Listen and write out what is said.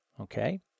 Okay